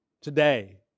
Today